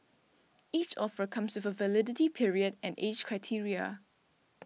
each offer comes with a validity period and age criteria